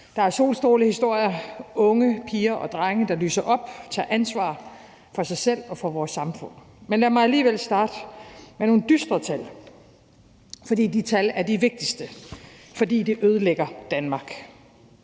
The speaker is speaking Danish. Der er solstrålehistorier: unge piger og drenge, der lyser op og tager ansvar for sig selv og for vores samfund. Men lad mig alligevel starte med nogle dystre tal, for de tal er de vigtigste, fordi de handler om